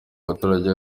baturage